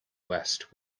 west